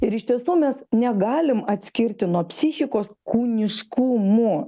ir iš tiesų mes negalim atskirti nuo psichikos kūniškumų